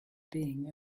being